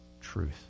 truth